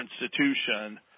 institution